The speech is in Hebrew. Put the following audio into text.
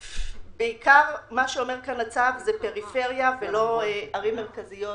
בעיקר מה שאומר הצו זה פריפריה ולא ערים מרכזיות,